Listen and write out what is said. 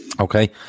Okay